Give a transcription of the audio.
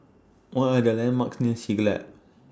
What Are The landmarks near Siglap